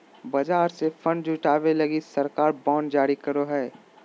बाजार से फण्ड जुटावे लगी सरकार बांड जारी करो हय